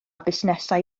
busnesau